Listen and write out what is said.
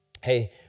Hey